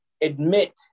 admit